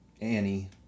Annie